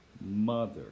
mother